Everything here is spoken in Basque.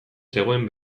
zegoen